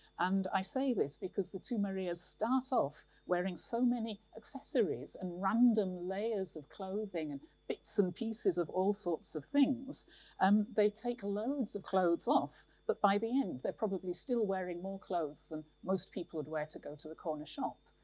and i say this because the two maria's start off wearing so many accessories and random layers of clothing and bits and pieces of all sorts of things that um they take loads of clothes off, but by the end, they're probably still wearing more clothes than most people would wear to go to the cornershop.